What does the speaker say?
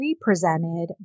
represented